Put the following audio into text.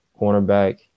Cornerback